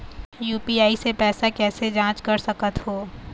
UPI से पैसा कैसे जाँच कर सकत हो?